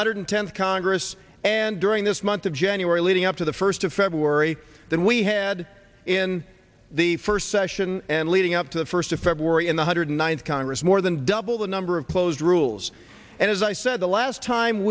hundred tenth congress and during this month of january leading up to the first of february than we had in the first session and leading up to the first of february in one hundred ninth congress more than double the number of close rules and as i said the last time